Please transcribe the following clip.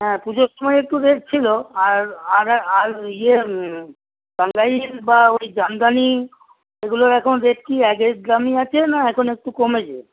হ্যাঁ পুজোর সময়ে একটু রেট ছিলো আর আর আর ইয়ে টাঙ্গাইল বা ওই জামদানি এগুলোর এখন রেট কি আগের দামই আছে না এখন একটু কমেছে